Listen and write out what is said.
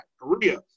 Korea